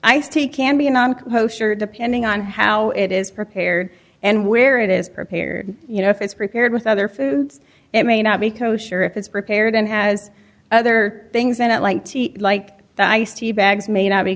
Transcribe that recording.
kosher depending on how it is prepared and where it is prepared you know if it's prepared with other foods it may not be kosher if it's prepared and has other things that it like to eat like the ice tea bags may not be